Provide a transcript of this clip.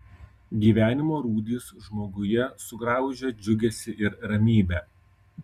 gyvenimo rūdys žmoguje sugraužia džiugesį ir ramybę